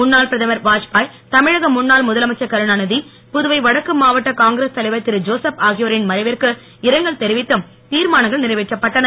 முன்னாள் பிரதமர் வாத்பாய் தமிழக முன்னாள் ழுதலமைச்சர் கருணாநிதி புதுவை வடக்கு மாவட்ட காங்கிரஸ் தலைவர் திரு ஜோசப் ஆகியோரின் மறைவிற்கு இரங்கல் தெரிவித்தும் தீர்மானங்கள் நிறைவேற்றப்பட்டன